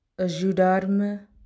ajudar-me